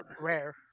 rare